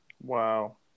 Wow